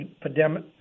pandemic